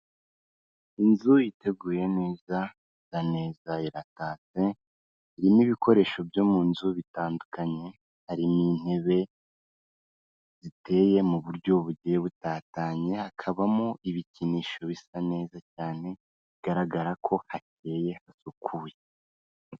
Inzu iteguye neza, isa neza iratatse, irimo ibikoresho byo mu nzu bitandukanye, harimo intebe ziteye mu buryo bugiye butatanye hakabamo ibikinisho bisa neza cyane bigaragara ko hakeye hasukuye.